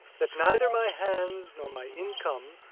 that neither my hands nor my income,